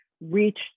Reach